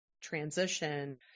transition